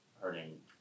hurting